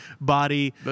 body